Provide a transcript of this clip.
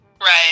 Right